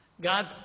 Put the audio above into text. God